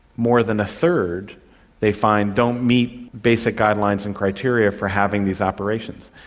more than a third they find don't meet basic guidelines and criteria for having these operations.